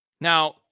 Now